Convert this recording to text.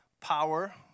power